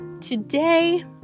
today